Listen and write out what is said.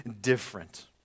different